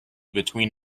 between